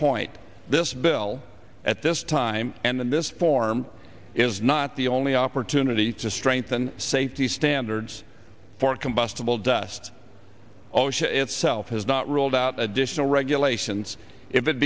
point this bill at this time and in this form is not the only opportunity to strengthen safety standards for combustible dust osha itself has not ruled out additional regulations if it